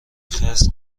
خرس